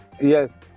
Yes